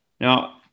Now